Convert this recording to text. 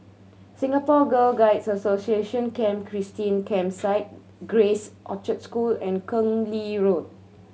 Singapore Girl Guide Association Camp Christine Campsite Grace Orchard School and Keng Lee Road